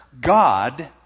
God